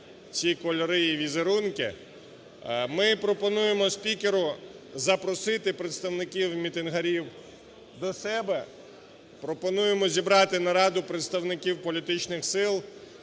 ці кольори і візерунки. Ми пропонуємо спікеру запросити представниківмітингарів до себе, пропонуємо зібрати нараду представників політичних сил